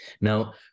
now